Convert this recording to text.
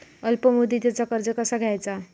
अल्प मुदतीचा कर्ज कसा घ्यायचा?